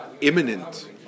imminent